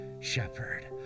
shepherd